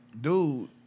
dude